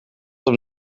hem